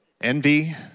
Envy